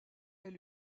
est